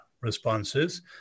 responses